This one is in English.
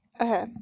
Okay